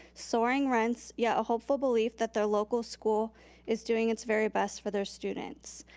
soaring rents, yet a hopeful belief that their local school is doing its very best for their students.